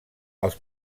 els